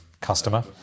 customer